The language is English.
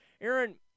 Aaron